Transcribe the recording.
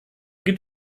gibt